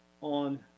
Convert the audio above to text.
on